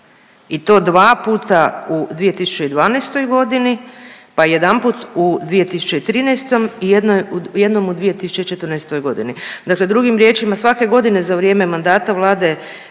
i to dva puta u 2012. g. pa jedanput u 2013. i jednom u 2014. g., dakle drugim riječima, svake godine za vrijeme mandata vlade